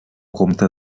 compte